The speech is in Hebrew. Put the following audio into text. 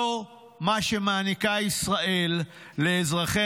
זה מה שמעניקה ישראל לאזרחי